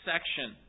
section